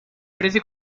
prese